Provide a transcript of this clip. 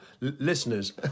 listeners